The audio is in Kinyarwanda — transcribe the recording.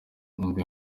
indi